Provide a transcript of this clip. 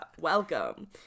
Welcome